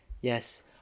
Yes